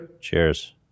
Cheers